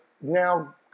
now